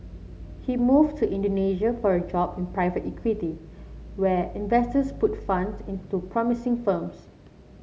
he moved to Indonesia for a job in private equity where investors put funds into promising firms